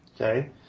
Okay